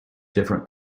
different